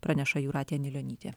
praneša jūratė anilionytė